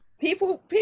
People